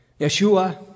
Yeshua